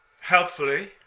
helpfully